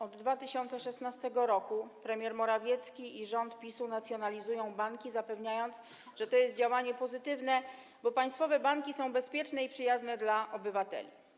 Od 2016 r. premier Morawiecki i rząd PiS-u nacjonalizują banki, zapewniając, że to jest działanie pozytywne, bo państwowe banki są bezpieczne i przyjazne dla obywateli.